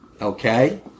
Okay